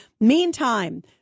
Meantime